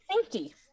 safety